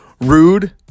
rude